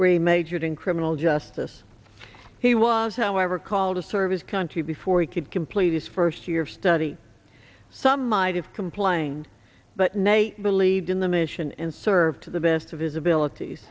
where a majored in criminal justice he was however called to serve his country before he could complete his first year of study some might have complained but nate believed in the mission and served to the best of his abilities